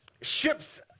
ships